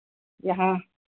यहाँ